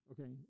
Okay